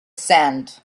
sand